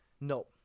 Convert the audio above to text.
No